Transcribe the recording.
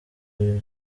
ibi